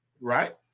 right